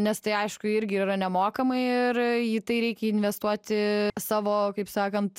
nes tai aišku irgi ir yra nemokamai ir jį į tai reikia investuoti savo kaip sakant